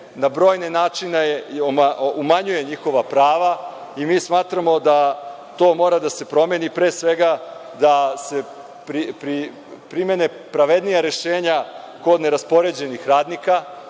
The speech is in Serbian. Na brojne načina umanjuje njihova prava i mi smatramo da to mora da se promeni, da se primene pravednija rešenja kod neraspoređenih radnika,